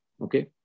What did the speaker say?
Okay